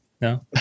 No